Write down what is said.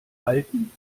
alten